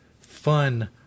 fun